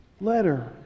letter